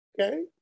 okay